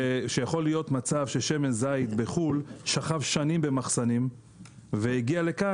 שיכול להיות מצב ששמן זית בחו"ל שכב שנים במחסנים והגיע לכאן